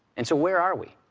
and so where are we?